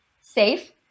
safe